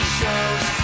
shows